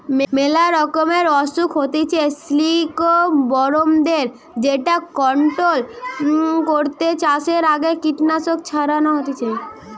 মেলা রকমের অসুখ হইতে সিল্কবরমদের যেটা কন্ট্রোল করতে চাষের আগে কীটনাশক ছড়ানো হতিছে